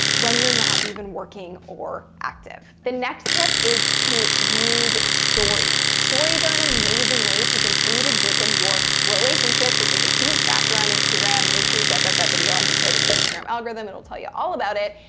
when you're not even working or active. the next tip is to use stories. stories are an amazing way to continue to deepen your relationships, which is a huge factor on instagram. make sure you check out that video on decoding the instagram algorithm. it'll tell you all about it.